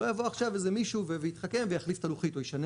שלא יבוא איזה מישהו שיתחכם ויחליף את הלוחית או ישנה